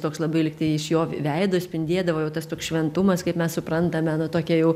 toks labai lyg tai iš jo veido spindėdavo jau tas toks šventumas kaip mes suprantame na tokia jau